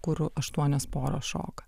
kur aštuonios poros šoka